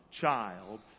child